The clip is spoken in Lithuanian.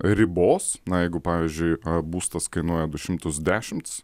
ribos na jeigu pavyzdžiui būstas kainuoja du šimtus dešimt